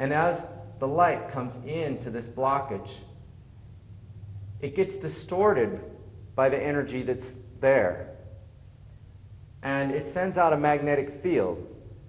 and as the light comes into this blockage it gets distorted by the energy that's there and it sends out a magnetic field